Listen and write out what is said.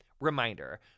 Reminder